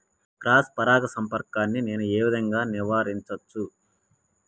Cross పరాగ సంపర్కాన్ని నేను ఏ విధంగా నివారించచ్చు?